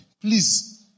please